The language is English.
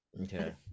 Okay